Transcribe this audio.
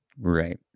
Right